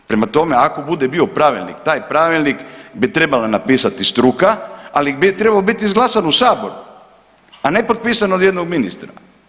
Prema tome, ako bude bio pravilnik taj pravilnik bi trebala napisati struka, ali bi trebao biti izglasan u saboru, a ne potpisan od jednog ministra.